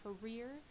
career